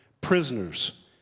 Prisoners